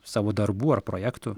savo darbų ar projektų